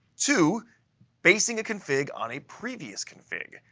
two basing a config on a previous config.